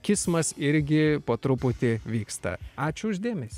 kismas irgi po truputį vyksta ačiū už dėmesį